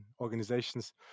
organizations